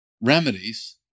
remedies